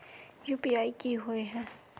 UPI की होय है?